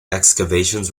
excavations